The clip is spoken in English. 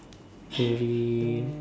very